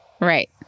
Right